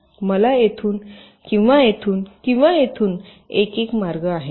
मला येथून येथून किंवा येथून जाण्यासाठी एक मार्ग आहे